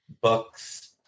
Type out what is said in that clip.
books